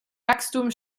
wachstum